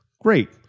Great